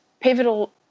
pivotal